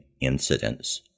incidents